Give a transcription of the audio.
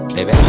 Baby